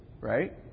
Right